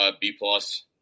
B-plus